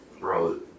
Bro